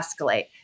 escalate